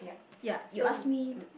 ya you ask me